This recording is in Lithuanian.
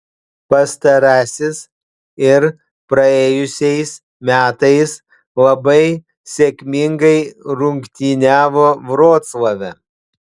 pastarasis ir praėjusiais metais labai sėkmingai rungtyniavo vroclave